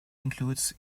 includes